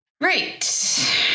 Right